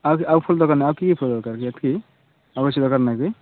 ଆଉ ଆଉ ଫୁଲ ଦରକାର ନାହିଁ ଆଉ କି କି ଫୁଲ ଦରକାର ଏତିକି ଆଉ କିଛି ଦରକାର ନାହିଁ କି